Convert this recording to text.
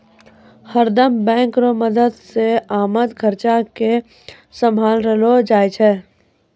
हरदम बैंक रो मदद से आमद खर्चा के सम्हारलो जाय छै